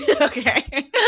Okay